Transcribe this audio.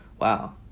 Wow